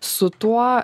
su tuo